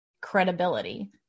credibility